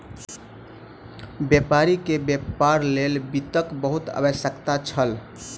व्यापारी के व्यापार लेल वित्तक बहुत आवश्यकता छल